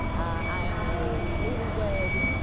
i am a newly-wed,